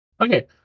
Okay